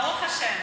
ברוך השם.